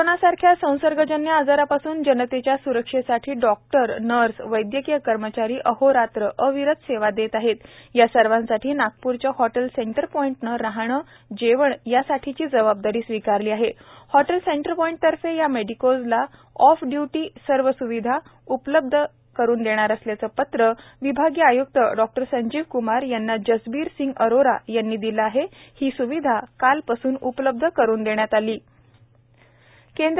corona सारख्या संसर्गजन्य आजारापासून जनतेच्या सुरक्षेसाठी डॉक्टर नर्स वैद्यकीय कर्मचारी अहोरात्र अविरत सेवा देत आहेत या सर्वांसाठी नागपूरच्या हॉटेल सेंटर पॉईंट ने रहाणे जेवण यासाठीची जबाबदारी स्वीकारली आहे हॉटेल सेंटर पॉईंट तर्फे या मेडिकोजला ऑफ इयुटी सर्व सुविघ साठी उपलब्द असल्याचे पत्र विभागीय आयुक्त डों संजीव कुमार यांना जसबीर जसबीर सिंग अरोरा यांनी दिले आहे ही सुविधा काल पासून उपल्बध झाली आहे